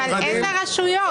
אבל איזה רשויות?